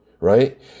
right